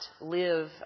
live